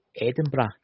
Edinburgh